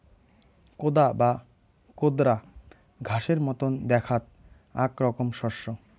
কোদা বা কোদরা ঘাসের মতন দ্যাখাত আক রকম শস্য